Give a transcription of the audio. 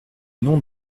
nom